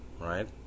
Right